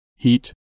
Heat